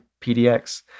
PDX